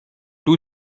two